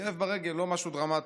כאב ברגל, לא משהו דרמטי.